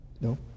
No